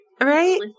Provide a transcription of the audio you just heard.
Right